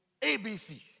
ABC